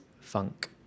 funk